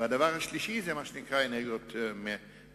והדבר השלישי הוא מה שנקרא אנרגיות מתחדשות.